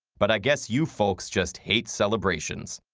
but i guess you folks just hate celebrations.